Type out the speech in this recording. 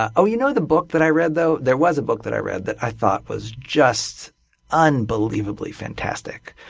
oh, you know the book that i read, though? there was a book that i read that i thought was just unbelievably fantastic,